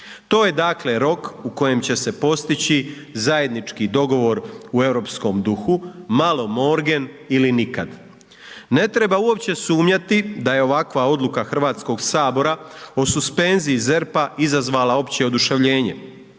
To je dakle rok u kojem će se postići zajednički dogovor u europskom duhu „malo morgen“ ili nikad. Ne treba uopće sumnjati da je ovakva odluka Hrvatskoga sabora o suspenziji ZERP-a izazvala opće oduševljenje.